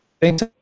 Thanks